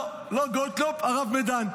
לא, לא גולדקנופ, הרב מדן.